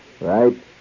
right